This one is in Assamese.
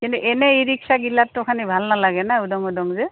কিন্তু এনেই ই ৰিক্সা গিলাটো খানি ভাল নালাগে ন উদং উদং যে